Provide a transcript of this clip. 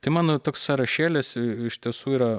tai mano toks sąrašėlis iš tiesų yra